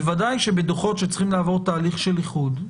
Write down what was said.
בוודאי שבדוחות שצריכים לעבור תהליך של איחוד,